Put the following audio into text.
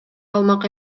алмак